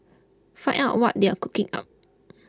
find out what they are cooking up